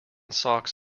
socks